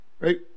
right